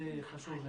זה חשוב מבחינתנו.